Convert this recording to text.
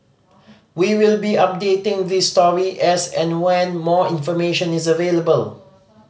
we will be updating this story as and when more information is available